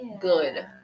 good